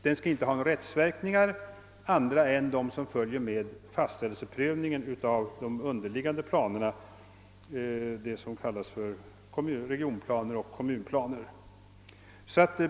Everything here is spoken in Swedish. Den skall inte ha några andra rättsverkningar än dem som följer med fastställelseprövningen av de underliggande planerna — de som kallas för regionplaner och kommunplaner.